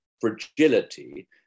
fragility